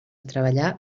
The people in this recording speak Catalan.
treballar